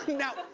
now,